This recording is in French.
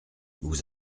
vous